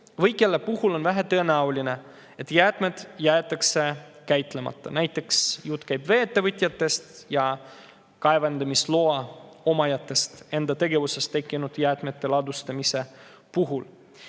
või kelle puhul on vähetõenäoline, et jäätmed jäetakse käitlemata. Jutt käib näiteks vee-ettevõtjatest ja kaevandamisloa omajatest nende enda tegevuses tekkinud jäätmete ladustamise puhul.